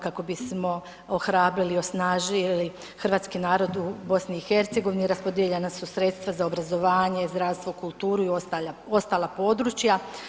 Kako bismo ohrabrili i osnažili hrvatski narod u BiH raspodijeljena su sredstva za obrazovanje, zdravstvo, kulturu i ostala područja.